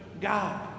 God